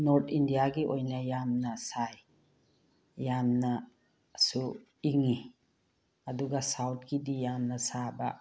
north ꯏꯟꯗꯤꯌꯥꯒꯤ ꯑꯣꯏꯅ ꯌꯥꯝꯅ ꯁꯥꯏ ꯌꯥꯝꯅꯁꯨ ꯏꯪꯉꯤ ꯑꯗꯨꯒ ꯁꯥꯎꯠꯀꯤꯗꯤ ꯌꯥꯝꯅ ꯁꯥꯕ